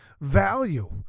value